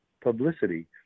publicity